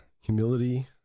humility